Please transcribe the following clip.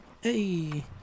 hey